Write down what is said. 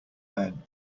men